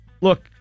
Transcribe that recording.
look